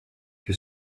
que